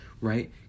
right